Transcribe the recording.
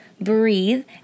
breathe